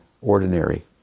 ordinary